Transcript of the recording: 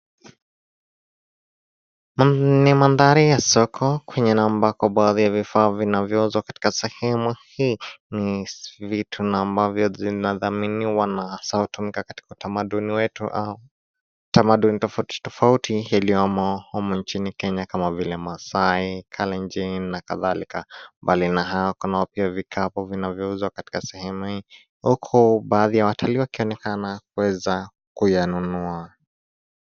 Ni manthari ya soko kwenye na ambako baadhi ya vifaa vinavyouzwa katika sehemu hii, ni vitu na ambavyo vinadhaminiwa na hasa hutumika katika utamaduni wetu au tamaduni tofauti tofauti iliyomo inchini Kenya, kama vile masai Kalenjin na kadhalika.